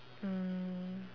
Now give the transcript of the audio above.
mm